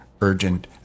urgent